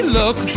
look